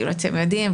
אתם יודעים,